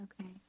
Okay